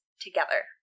together